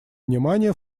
внимание